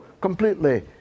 completely